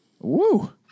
Woo